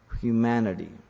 humanity